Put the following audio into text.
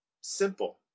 simple